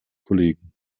kollegen